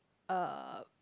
a